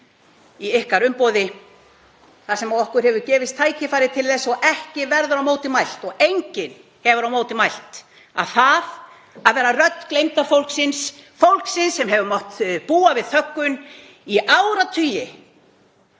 í ykkar umboði þar sem okkur hefur gefist tækifæri til þess — og ekki verður á móti því mælt og enginn hefur á móti því mælt — að vera rödd gleymda fólksins, fólksins sem hefur mátt búa við þöggun í áratugi.